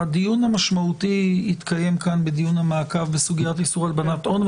הדיון המשמעותי יתקיים כאן בדיון המעקב בסוגיית איסור הלבנת הון,